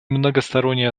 многосторонней